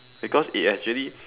because it actually